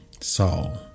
Saul